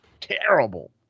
Terrible